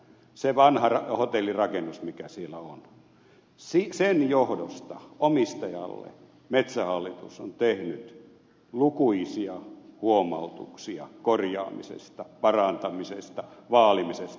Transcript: sen vanhan hotellirakennuksen mikä siellä on johdosta metsähallitus on tehnyt omistajalle lukuisia huomautuksia korjaamisesta parantamisesta vaalimisesta